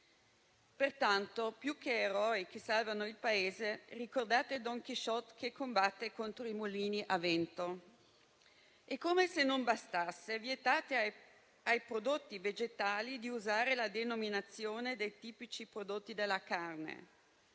Pertanto, più che eroi che salvano il Paese, ricordate Don Chisciotte che combatte contro i mulini a vento. Come se non bastasse, vietate per i prodotti vegetali di usare la denominazione dei tipici prodotti della carne.